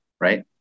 right